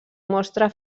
mostra